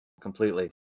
completely